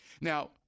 Now